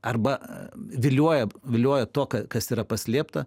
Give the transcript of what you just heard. arba vilioja vilioja tuo kad kas yra paslėpta